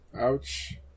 Ouch